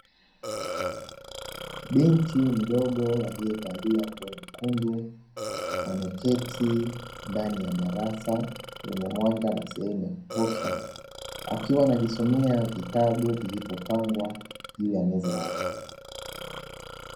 Bintii mdogo aliyevalia nguo nyekundu ameketi ndani ya darasa lenye mwanga na sehemu ya kutosha akiwa anajisomea vitabu vilivyopangwa juu ya meza yake.